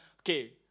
okay